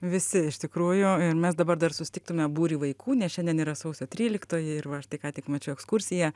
visi iš tikrųjų ir mes dabar dar susitiktume būrį vaikų nes šiandien yra sausio tryliktoji ir va štai ką tik mačiau ekskursiją